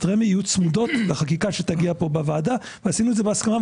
רמ"י יהיו צמודות לחקיקה שתגיע פה בוועדה ועשינו את זה בהסכמה,